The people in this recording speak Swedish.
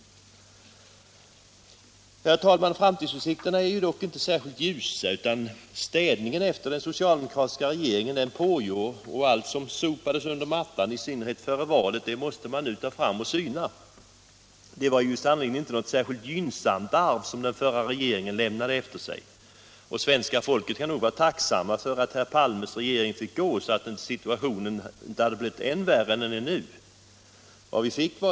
Herr talman! Framtidsutsikterna är dock inte särskilt ljusa. Städningen efter den socialdemokratiska regeringen pågår, och allt som sopades under mattan, i synnerhet före valet, måste man nu ta fram och syna. Det var sannerligen inte något särskilt gynnsamt arv som den förra regeringen lämnade efter sig. Svenska folket kan nog vara tacksamt för att herr Palmes regering fick gå, så att situationen inte hade blivit ännu värre än den är nu.